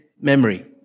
memory